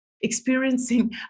experiencing